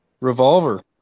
revolver